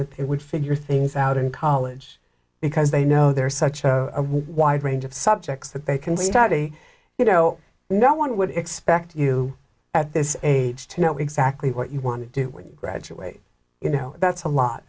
that they would figure things out in college because they know there is such a wide range of subjects that they can study you know no one would expect you at this age to know exactly what you want to do when you graduate you know that's a lot